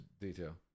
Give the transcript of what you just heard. detail